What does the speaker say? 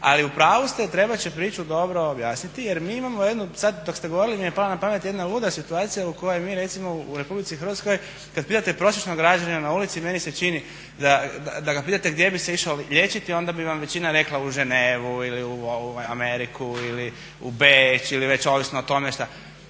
Ali upravu ste trebat će priču dobro objasniti jer mi imamo jednu sada dok ste govorili pala mi je na pamet jedna luda situacija u kojoj mi recimo u RH kada pitate prosječnog građanina na ulici meni se čini da ga pitate gdje bi se išao liječiti onda bi vam većina rekla u Ženevu ili u Ameriku ili u Beč ovisno o tome što.